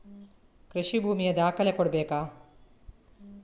ಕೃಷಿ ಭೂಮಿಯ ದಾಖಲೆ ಕೊಡ್ಬೇಕಾ?